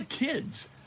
Kids